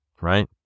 right